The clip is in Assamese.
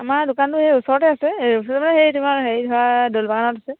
আমাৰ দোকানটো সেই ওচৰতে আছে এই ওচৰতে সেই তোমাৰ হেৰি ধৰা ডেলবাগানত আছে